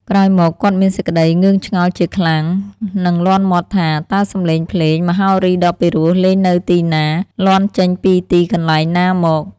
ក្រោយមក គាត់មានសេចក្តីងឿងឆ្ងល់ជាឋ្លាំដ និងលាន់មាត់ថា តើសំលេងភ្លេង មហោរីដ៏ពីរោះលេងនៅទីណា? លាន់ចេញពីទីកន្លែងណាមក? ។